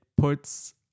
puts